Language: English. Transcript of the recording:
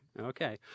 Okay